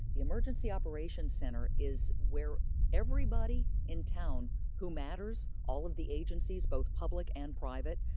the emergency operations center is where everybody in town who matters, all of the agencies, both public and private,